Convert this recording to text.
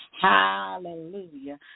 Hallelujah